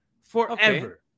Forever